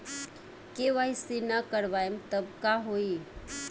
KYC ना करवाएम तब का होई?